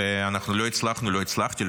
ולא הצלחתי,